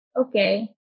okay